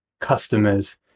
customers